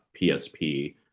PSP